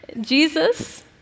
Jesus